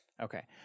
okay